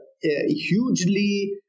hugely